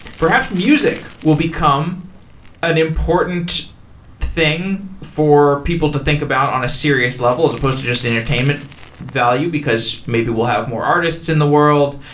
perhaps music will become an important thing for people to think about on a serious level as opposed to just entertainment value, because maybe we'll have more artists in the world.